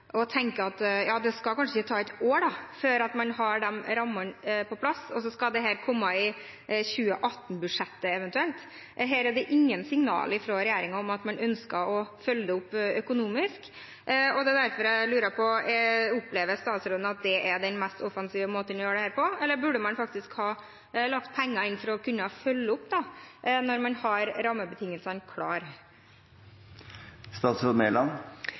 og tenker at ja, det skal kanskje ikke ta et år før man har de rammene på plass, og så skal dette komme i 2018-budsjettet eventuelt. Her er det ingen signaler fra regjeringen om at man ønsker å følge det opp økonomisk. Det er derfor jeg lurer på: Opplever statsråden at det er den mest offensive måten å gjøre dette på, eller burde man faktisk ha lagt inn penger for å kunne følge opp når man har rammebetingelsene klare? Statsråd Monica Mæland